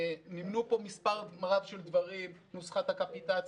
מנו פה מספר רב של דברים: נוסחת הקפיטציה,